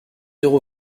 euros